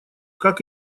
как